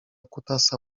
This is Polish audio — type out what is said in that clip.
kutasa